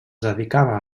dedicava